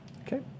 Okay